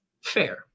fair